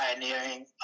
pioneering